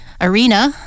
arena